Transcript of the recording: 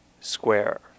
Square